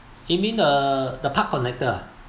you mean uh the park connector ah